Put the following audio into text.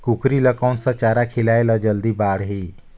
कूकरी ल कोन सा चारा खिलाय ल जल्दी बाड़ही?